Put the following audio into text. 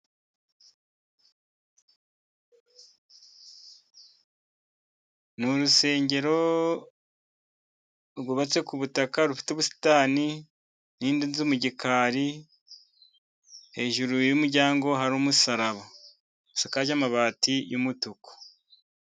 Ni urusengero rwubatse ku butaka rufite ubusitani nindi nzi mu gikari hejuru y'umuryango hari umusaraba rusakaje amabati y'umutuku.